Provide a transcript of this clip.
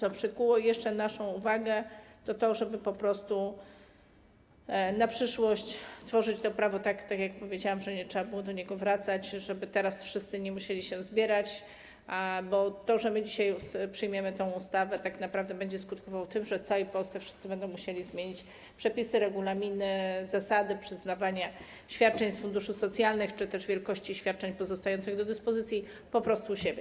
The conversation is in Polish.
To, co przykuło jeszcze naszą uwagę, to to, żeby po prostu na przyszłość tworzyć to prawo, tak jak powiedziałam, tak by nie trzeba było do niego wracać, żeby teraz wszyscy nie musieli się zbierać, bo to, że my dzisiaj przyjmiemy tę ustawę, tak naprawdę będzie skutkowało tym, że w całej Polsce wszyscy będą musieli zmienić przepisy, regulaminy, zasady przyznawania świadczeń z funduszy socjalnych, czy też wielkości świadczeń pozostających do dyspozycji po prostu u siebie.